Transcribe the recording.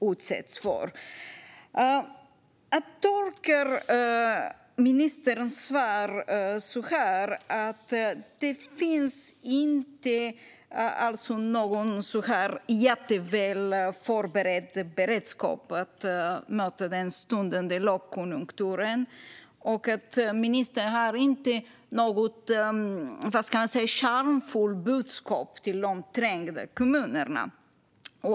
Jag tolkar ministerns svar som att det inte finns någon särskilt god beredskap på att möta den stundande lågkonjunkturen. Ministern har inget kärnfullt budskap till de trängda kommunerna.